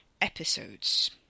episodes